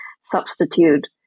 substitute